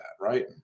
right